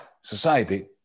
society